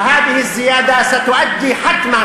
והגידול הזה יביא בהכרח,